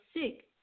sick